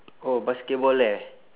oh basketball leh